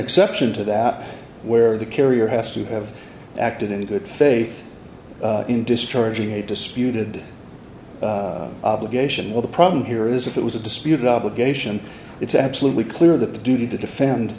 exception to that where the carrier has to have acted in good faith in discharging a disputed obligation with the problem here is if it was a disputed obligation it's absolutely clear that the duty to defend